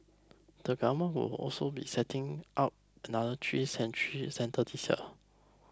the Government will also be setting up another three centres this year